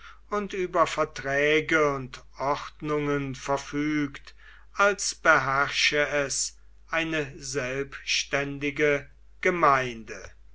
und über verträge und ordnungen verfügt als beherrsche es eine selbständige gemeinde